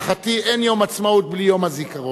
להערכתי, אין יום עצמאות בלי יום הזיכרון.